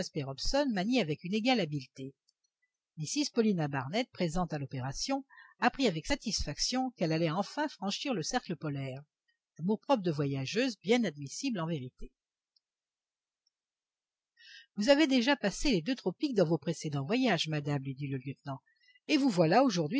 hobson maniaient avec une égale habileté mrs paulina barnett présente à l'opération apprit avec satisfaction qu'elle allait enfin franchir le cercle polaire amour-propre de voyageuse bien admissible en vérité vous avez déjà passé les deux tropiques dans vos précédents voyages madame lui dit le lieutenant et vous voilà aujourd'hui